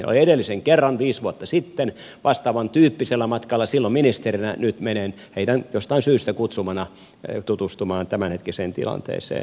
olin edellisen kerran viisi vuotta sitten vastaavan tyyppisellä matkalla silloin ministerinä nyt menen heidän jostain syystä kutsumana tutustumaan tämänhetkiseen tilanteeseen